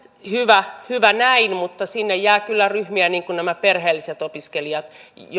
hyvä hyvä näin mutta sinne jää kyllä ryhmiä niin kuin nämä perheelliset opiskelijat